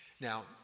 Now